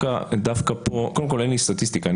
אין לי סטטיסטיקה.